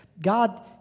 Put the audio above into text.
God